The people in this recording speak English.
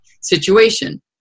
situation